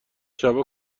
شبا